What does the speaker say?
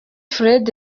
fred